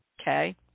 Okay